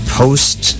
post